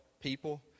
people